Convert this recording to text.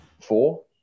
four